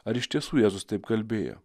ar iš tiesų jėzus taip kalbėjo